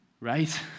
Right